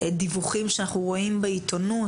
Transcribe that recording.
ודיווחים שאנחנו רואים בעיתונות,